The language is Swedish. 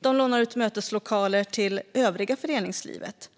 De lånar ut möteslokaler till övriga föreningslivet.